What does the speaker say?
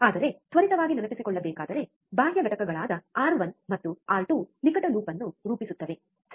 ಆದರೆ ತ್ವರಿತವಾಗಿ ನೆನಪಿಸಿಕೊಳ್ಳಬೇಕಾದರೆ ಬಾಹ್ಯ ಘಟಕಗಳಾದ ಆರ್1 ಮತ್ತು ಆರ್2 ನಿಕಟ ಲೂಪ್ ಅನ್ನು ರೂಪಿಸುತ್ತವೆ ಸರಿ